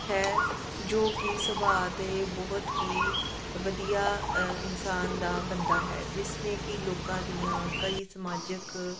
ਹੈ ਜੋ ਕਿ ਸੁਭਾਅ ਦੇ ਬਹੁਤ ਹੀ ਵਧੀਆ ਅ ਇਨਸਾਨ ਦਾ ਬੰਦਾ ਹੈ ਜਿਸਨੇ ਕਿ ਲੋਕਾਂ ਦੀਆਂ ਕਈ ਸਮਾਜਿਕ